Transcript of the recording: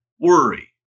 worry